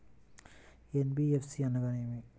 NBFC అనగా ఏమిటీ?